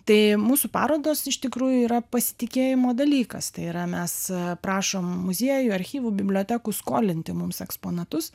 tai mūsų parodos iš tikrųjų yra pasitikėjimo dalykas tai yra mes prašom muziejų archyvų bibliotekų skolinti mums eksponatus